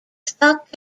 stock